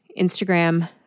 Instagram